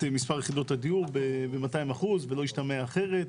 מספר יחידות הדיור ב 200% ולא ישתמע אחרת,